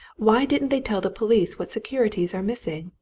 why didn't they tell the police what securities are missing?